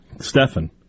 Stefan